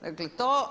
Dakle, to